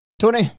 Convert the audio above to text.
Tony